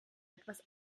etwas